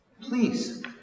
Please